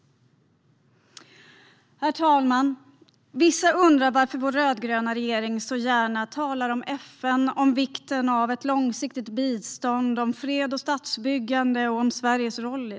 Herr talman! Vissa undrar varför vår rödgröna regering så gärna talar on FN, om vikten av ett långsiktigt bistånd, om fred och statsbyggande och om Sveriges roll i detta.